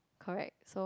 correct so